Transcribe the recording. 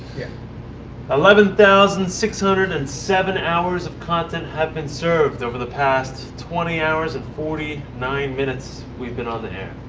yeah eleven thousand six hundred and seven hours of content have been served over the past twenty hours and forty nine minutes we've been on the air.